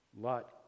Lot